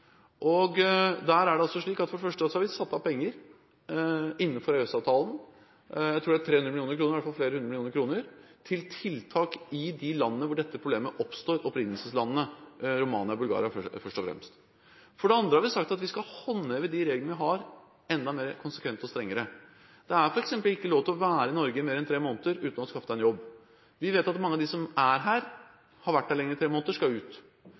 For det første har vi satt av penger innenfor EØS-avtalen – jeg tror det er 300 mill. kr, i hvert fall flere hundre millioner kroner – til tiltak i de landene hvor dette problemet oppstår, først og fremst opprinnelseslandene Romania og Bulgaria. For det andre har vi sagt at vi skal håndheve de reglene vi har, enda mer konsekvent og strengere. Det er f.eks. ikke lov til å være i Norge i mer enn tre måneder uten å skaffe seg en jobb. Vi vet at mange av dem som er her, har vært her lenger enn tre måneder – og de skal ut.